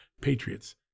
Patriots